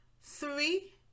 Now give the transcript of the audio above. Three